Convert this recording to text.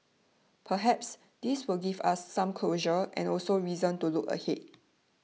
perhaps this will give us some closure and also reason to look ahead